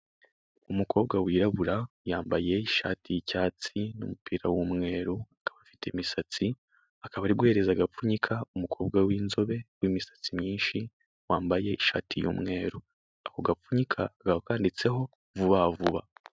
Umukobwa wirabura yambaye ishati y'icyatsi n'umupira w'umweru afite imisatsi akaba ari guhereza agapfunyika umukobwa w'inzobe w'imisatsi myinshi wambaye ishati y'umweru ako gapfunyika kakaba kanditseho vuba vuba.